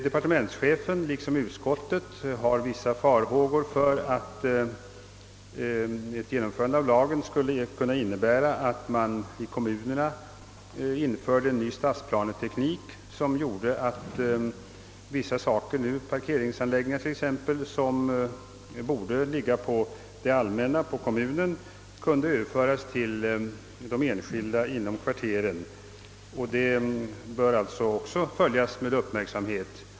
Departementschefen hyser liksom utskottet vissa farhågor för att ett genomförande av lagen skulle kunna innebära att man i kommunerna införde en ny stadsplaneteknik, som innebure att vissa anläggningar, t.ex. parkeringsanläggningar, som borde åligga kommunen, nu kunde överföras till de enskilda intressenterna i respektive kvarter. Även dessa förhållanden bör alltså följas med uppmärksamhet.